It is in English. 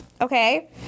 okay